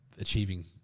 achieving